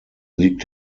liegt